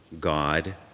God